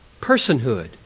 personhood